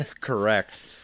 correct